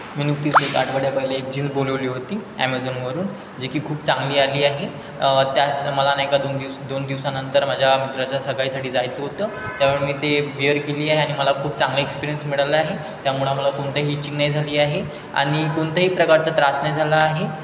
मी नुकतीच एक आठवड्या पहिले एक जीन बोलवली होती ॲमेझॉनवरून जे की खूप चांगली आली आहे त्यात मला नाही का दोन दिवस दोन दिवसानंतर माझ्या मित्राच्या सगाईसाठी जायचं होतं त्यावेळी मी ते विअर केली आणि मला खूप चांगला एक्सपिरियन्स मिळाला आहे त्यामुळं मला कोणतंही ईचिंग नाही झाली आहे आणि कोणत्याही प्रकारचा त्रास नाही झाला आहे